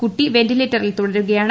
കുട്ടിവെന്റിലേറ്ററിൽ തുടരുകയാണ്